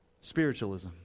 Spiritualism